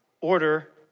order